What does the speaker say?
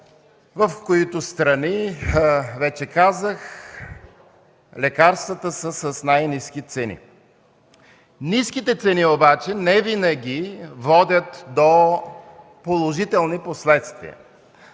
в които страни лекарствата са с най-ниски цени. Ниските цени обаче не винаги водят до положителни последствия.